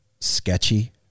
sketchy